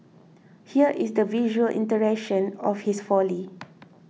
here is the visual iteration of his folly